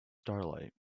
starlight